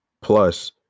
Plus